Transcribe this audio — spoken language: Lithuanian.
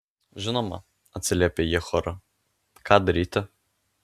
žinoma atsiliepė jie choru ką daryti